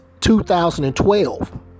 2012